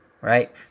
Right